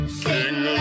sing